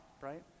right